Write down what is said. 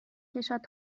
کشد